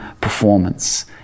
performance